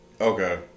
Okay